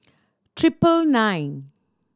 treble nine